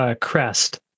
Crest